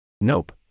Nope